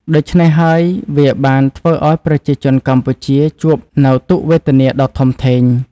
ដូច្នេះហើយវាបានធ្វើឱ្យប្រជាជនកម្ពុជាជួបនូវទុក្ខវេទនាដ៏ធំធេង។